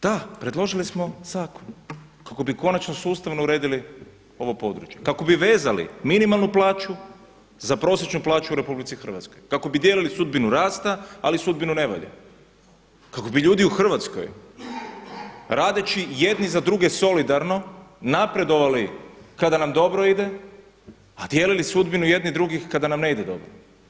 Da, predložili smo zakon kako bi konačno sustavno uredili ovo područje, kako bi vezali minimalnu plaću za prosječnu plaću u RH, kako bi dijelili sudbinu rasta, ali i sudbinu nevolje, kako bi ljudi u Hrvatskoj radeći jedni za druge solidarno napredovali kada nam dobro ide, a dijelili sudbinu jedni drugih kada nam ne ide dobro.